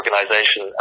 organization